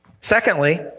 Secondly